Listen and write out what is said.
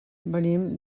venim